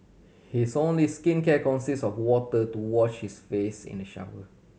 his only skincare consists of water to wash his face in the shower